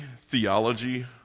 theology